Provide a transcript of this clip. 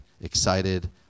excited